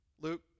Luke